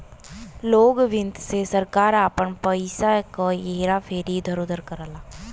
लोक वित्त से सरकार आपन पइसा क हेरा फेरी इधर उधर करला